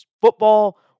football